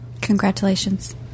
Congratulations